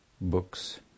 books